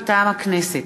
מטעם הכנסת: